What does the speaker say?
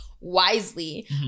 wisely